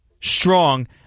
strong